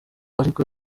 ariko